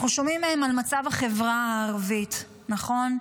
אנחנו שומעים מהם על מצב החברה הערבית, נכון?